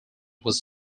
was